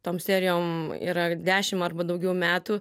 tom serijom yra dešim arba daugiau metų